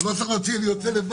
לא צריך להוציא, אני יוצא לבד.